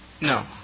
No